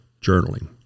journaling